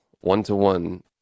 one-to-one